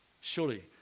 surely